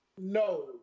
No